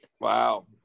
Wow